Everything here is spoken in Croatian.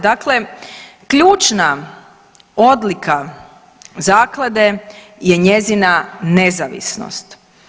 Dakle, ključna odlika zaklade je njezina nezavisnost.